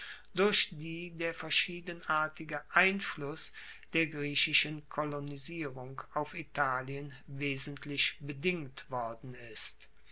durch die der verschiedenartige einfluss der griechischen kolonisierung auf italien wesentlich bedingt worden ist